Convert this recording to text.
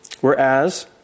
Whereas